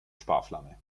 sparflamme